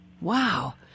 Wow